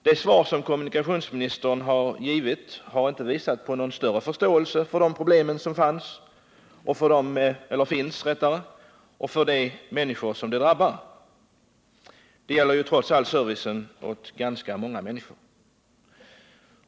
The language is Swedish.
De svar som kommunikationsministern har givit har inte visat på någon större förståelse för de problem som finns och för de människor som dessa drabbar. Det gäller trots allt servicen åt ganska många människor.